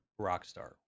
Rockstar